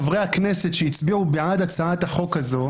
חברי הכנסת שהצביעו בעד הצעת החוק הזאת,